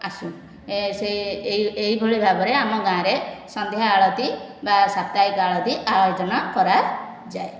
ଆସୁ ସେହି ଏହି ଏହିଭଳି ଭାବରେ ଆମ ଗାଁରେ ସନ୍ଧ୍ୟା ଆଳତି ବା ସାପ୍ତାହିକ ଆଳତି ଆୟୋଜନ କରାଯାଏ